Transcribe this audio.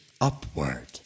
upward